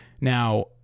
Now